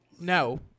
No